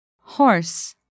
horse